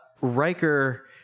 Riker